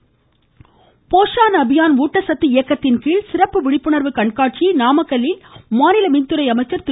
போஷான் அபியான் போஷான் அபியான் ஊட்டச்சத்து இயக்கத்தின்கீழ் சிறப்பு விழிப்புணர்வு கண்காட்சியை நாமக்கல்லில் மாநில மின்துறை அமைச்சா் திரு